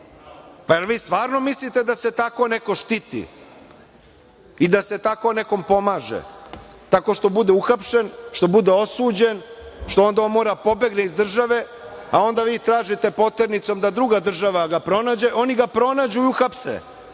jel vi stvarno mislite da se tako neko štiti i da se tako nekom pomaže, tako što bude uhapšen, što bude osuđen, što onda on mora da pobegne iz države, a onda vi tražite poternicom da druga država ga pronađe, oni ga pronađu i uhapse?